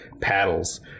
paddles